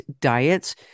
diets